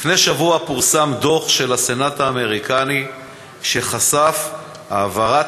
לפני שבוע פורסם דוח של הסנאט האמריקני שחשף העברת